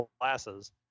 glasses